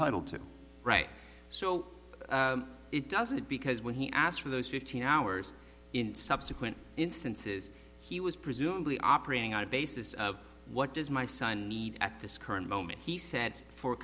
entitled to right so it doesn't because when he asked for those fifteen hours in subsequent instances he was presumably operating on a basis of what does my son need at this current moment he said for